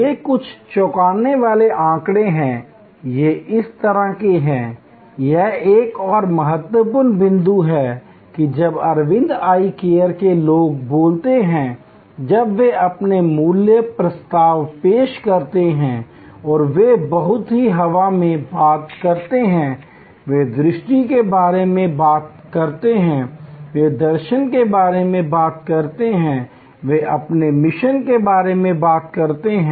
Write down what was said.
ये कुछ चौंकाने वाले आंकड़े हैं ये इस तरह के हैं यह एक और महत्वपूर्ण बिंदु है कि जब अरविंद आई केयर के लोग बोलते हैं जब वे अपने मूल्य प्रस्ताव पेश करते हैं तो वे बहुत ही हवा में बात करते हैं वे दृष्टि के बारे में बात करते हैं वे दर्शन के बारे में बात करते हैं वे अपने मिशन के बारे में बात करते हैं